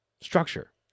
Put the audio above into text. Structure